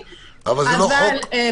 אז אנחנו יחד ואנחנו רוב.